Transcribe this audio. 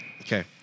Okay